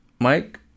Mike